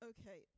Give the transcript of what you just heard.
Okay